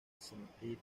cemetery